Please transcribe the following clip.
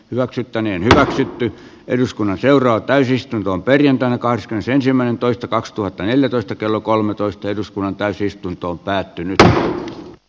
hyväksyttäneen hyväksytty eduskunnan seuraa täysistuntoon perjantaina kahdeskymmenesensimmäinen toista kaksituhattaneljätoista kello kolmetoista eduskunnan täysistunto päättynyt tullut